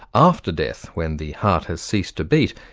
after death, when the heart has ceased to beat,